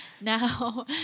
Now